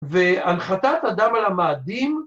‫והנחתת אדם על המאדים...